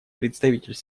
представитель